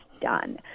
done